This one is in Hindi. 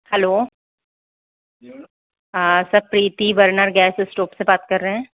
हैलो हाँ sir Preeti Verma gas stove से बात कर रहे हैं